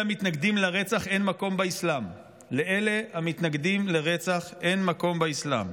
המתנגדים לרצח אין מקום באסלאם" לאלה המתנגדים לרצח אין מקום באסלאם,